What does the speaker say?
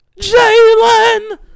Jalen